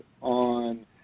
on